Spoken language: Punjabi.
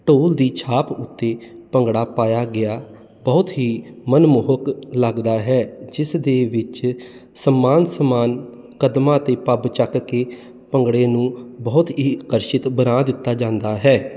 ਢੋਲ ਦੀ ਛਾਪ ਉੱਤੇ ਭੰਗੜਾ ਪਾਇਆ ਗਿਆ ਬਹੁਤ ਹੀ ਮਨਮੋਹਕ ਲੱਗਦਾ ਹੈ ਜਿਸ ਦੇ ਵਿੱਚ ਸਮਾਨ ਸਮਾਨ ਕਦਮਾਂ ਤੇ ਪੱਬ ਚੱਕ ਕੇ ਭੰਗੜੇ ਨੂੰ ਬਹੁਤ ਹੀ ਅਕਰਸ਼ਿਤ ਬਣਾ ਦਿੱਤਾ ਜਾਂਦਾ ਹੈ